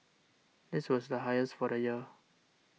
this was the highest for the year